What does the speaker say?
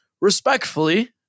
Respectfully